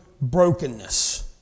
brokenness